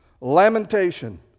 lamentation